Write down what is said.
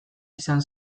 izan